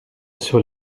sur